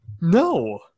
No